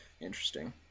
interesting